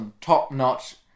top-notch